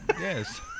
Yes